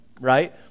right